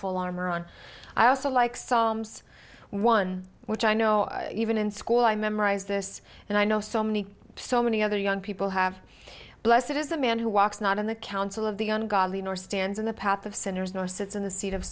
full armor on i also like psalms one which i know even in school i memorized this and i know so many so many other young people have blessed it is the man who walks not in the council of the un godly nor stands in the path of sinners nor sits in the seat of